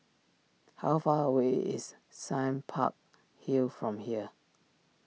how far away is Sime Park Hill from here